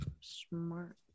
smart